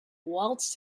waltzed